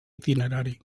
itinerari